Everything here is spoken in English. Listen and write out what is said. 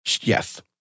Yes